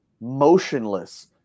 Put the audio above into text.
motionless